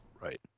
Right